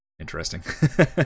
interesting